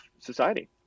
society